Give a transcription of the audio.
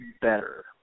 better